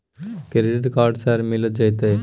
Credit card sir मिल जेतै?